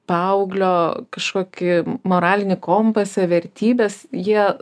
paauglio kažkokį moralinį kompasą vertybes jie